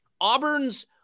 Auburn's